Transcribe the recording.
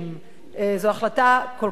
זאת החלטה כל כך חשובה,